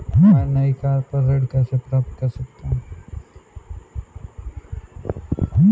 मैं नई कार पर ऋण कैसे प्राप्त कर सकता हूँ?